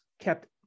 kept